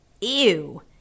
Ew